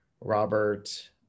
Robert